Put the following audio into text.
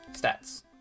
Stats